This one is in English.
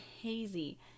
hazy